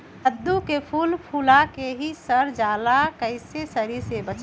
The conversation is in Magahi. कददु के फूल फुला के ही सर जाला कइसे सरी से बचाई?